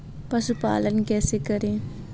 पशुपालन कैसे करें?